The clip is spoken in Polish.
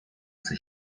chce